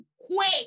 quick